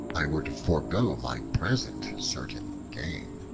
i were to forego my present certain gain.